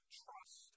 trust